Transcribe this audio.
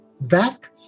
back